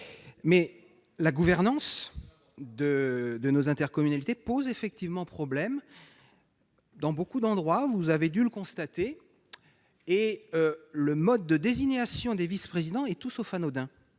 la gouvernance de nos intercommunalités pose effectivement problème dans beaucoup d'endroits, et le mode de désignation des vice-présidents est tout sauf anodin.